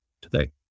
today